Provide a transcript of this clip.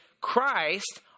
Christ